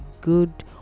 good